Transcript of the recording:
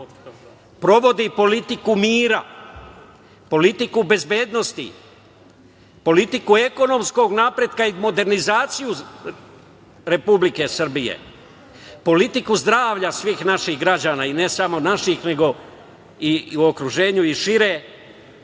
sprovodi politiku mira, politiku bezbednosti politiku ekonomskog napretka i modernizaciju Republike Srbije, politiku zdravlja svih naših građana, i ne samo naših, nego i u okruženju i šire,